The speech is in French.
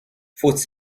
faut